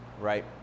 right